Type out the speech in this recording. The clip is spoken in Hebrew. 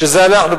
שזה אנחנו,